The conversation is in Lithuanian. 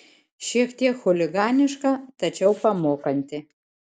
šiek tiek chuliganiška tačiau pamokanti